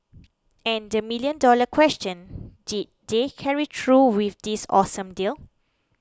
and the million dollar question did they carry through with this awesome deal